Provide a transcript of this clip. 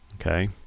Okay